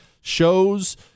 shows